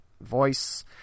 voice